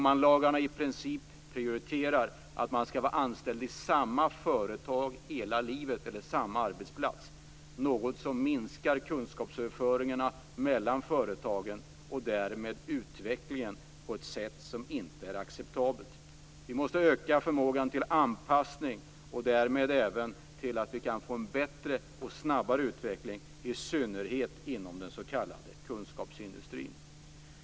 Åmanlagarna prioriterar i princip att man skall vara anställd i samma företag hela livet, något som minskar kunskapsöverföringen mellan företagen på ett sätt som inte är acceptabelt. Vi måste öka förmågan till anpassning så att vi kan få en bättre och snabbare utveckling, i synnerhet inom den s.k. kunskapsindustrin.